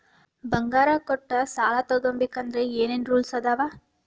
ಬಂಗಾರ ಕೊಟ್ಟ ಸಾಲ ತಗೋಬೇಕಾದ್ರೆ ಏನ್ ಏನ್ ರೂಲ್ಸ್ ಅದಾವು?